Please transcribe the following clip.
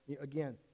again